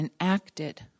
enacted